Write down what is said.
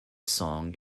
song